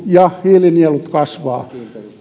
ja hiilinielut kasvavat